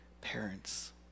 parents